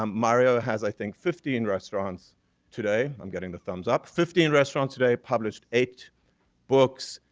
um mario has, i think, fifteen restaurants today. i'm getting the thumbs up. fifteen restaurants today, published eight books,